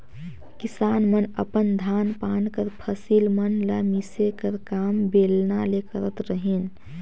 किसान मन अपन धान पान कर फसिल मन ल मिसे कर काम बेलना ले करत रहिन